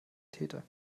täter